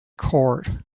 court